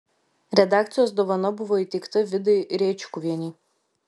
redakcijos dovana buvo įteikta vidai rėčkuvienei